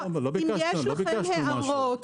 לא ביקשנו משהו.